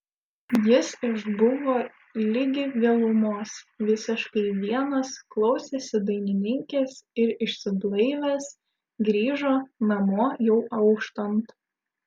jis išbuvo ligi vėlumos visiškai vienas klausėsi dainininkės ir išsiblaivęs grįžo namo jau auštant